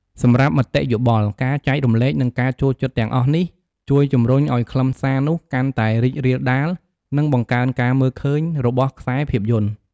សម្រាប់មតិយោបល់ ការចែករំលែក និងការចូលចិត្តទាំងអស់នេះជួយជំរុញឱ្យខ្លឹមសារនោះកាន់តែរីករាលដាល និងបង្កើនការមើលឃើញ របស់ខ្សែភាពយន្ត។